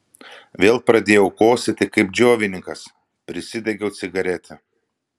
vėl pradėjau kosėti kaip džiovininkas prisidegiau cigaretę